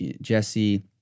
Jesse